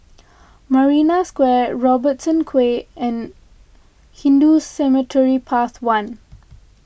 Marina Square Robertson Quay and Hindu Cemetery Path one